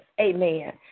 amen